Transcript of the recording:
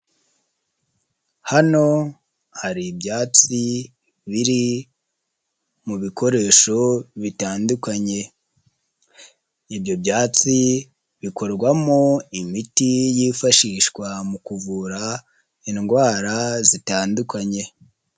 Hano hari ibyatsi biri mu bikoresho bitandukanye. Ibyo byatsi bikorwamo imiti yifashishwa mu kuvura indwara zitandukanye.